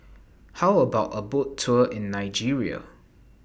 How about A Boat Tour in Nigeria